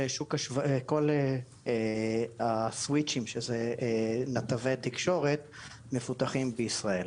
הוא שכל הסוויצ'ים שהם נתבי התקשורת מפותחים בישראל.